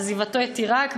עזיבתו את עיראק.